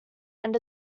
end